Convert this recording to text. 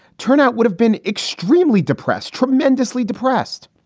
turnout would have been extremely depressed, tremendously depressed.